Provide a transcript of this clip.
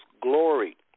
glory